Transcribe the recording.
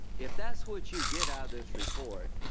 if that's what you get out of this report,